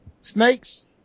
snakes